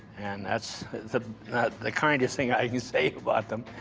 and that's the kindest thing i can say about them.